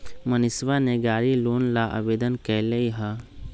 मनीषवा ने गाड़ी लोन ला आवेदन कई लय है